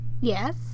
Yes